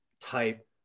type